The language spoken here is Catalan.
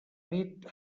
nit